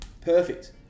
perfect